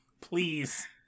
Please